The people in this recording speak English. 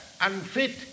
unfit